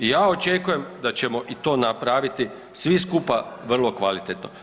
I ja očekujem da ćemo i to napraviti svi skupa vrlo kvalitetno.